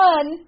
One